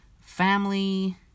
family